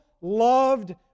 loved